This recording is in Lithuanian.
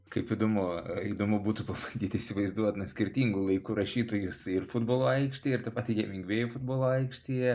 kaip įdomu įdomu būtų pabandyt įsivaizduot na skirtingu laiku rašytojus ir futbolo aikštėj ir tą patį hemingvėjų futbolo aikštėje